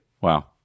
wow